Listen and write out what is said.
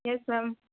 yes ma'am